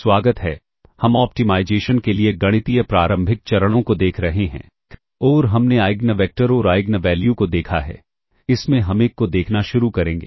स्वागत है हम ऑप्टिमाइजेशन के लिए गणितीय प्रारंभिक चरणों को देख रहे हैं और हमने आइगनवेक्टर और आइगनवैल्यू को देखा है इसमें हम एक को देखना शुरू करेंगे